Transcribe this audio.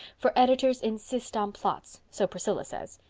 for editors insist on plots, so priscilla says.